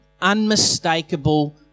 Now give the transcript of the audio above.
unmistakable